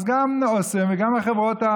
אז גם אסם וגם החברות.